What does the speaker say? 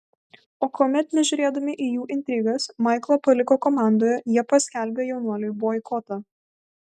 o kuomet nežiūrėdami į jų intrigas maiklą paliko komandoje jie paskelbė jaunuoliui boikotą